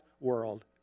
world